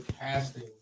casting